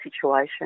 situation